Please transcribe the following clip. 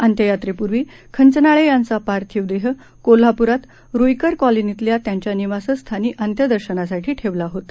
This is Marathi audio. अंत्ययात्रेपूर्वी खंचनाळे यांचा पार्थिव देह कोल्हापूरात रुईकर कॉलनीतल्या त्यांच्या निवासस्थानी अंत्यदर्शनासाठी ठेवला होता